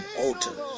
altars